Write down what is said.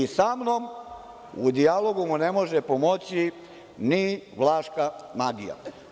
Sa mnom u dijalogu mu ne može pomoći ni vlaška magija.